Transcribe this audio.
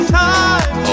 time